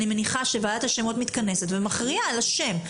אני מניחה שוועדת השמות מתכנסת ומכריעה על השם.